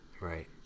Right